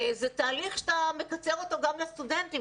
זה תהליך שאתה מקצר אותו גם לסטודנטים.